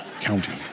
county